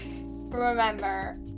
remember